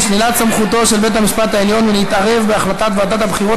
שלילת סמכותו של בית-המשפט העליון להתערב בהחלטת ועדת הבחירות